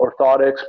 orthotics